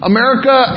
America